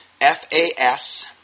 F-A-S